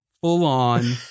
full-on